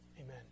Amen